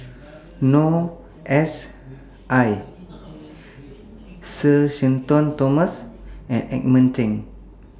Noor S I Sir Shenton Thomas and Edmund Cheng